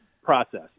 process